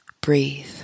breathe